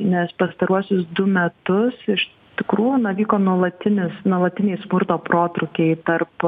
nes pastaruosius du metus iš tikrų na vyko nuolatinis nuolatiniai smurto protrūkiai tarp